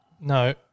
No